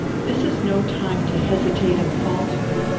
this is no time to hesitate and falter.